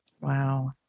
Wow